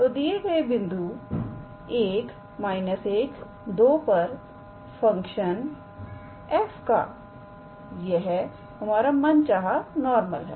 तो दिए गए बिंदु 1 12 पर फंक्शन f का यह हमारा मन चाहा नॉर्मल है